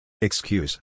Excuse